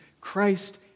Christ